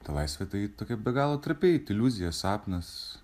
ta laisvė tai tokia be galo trapi iliuzija sapnas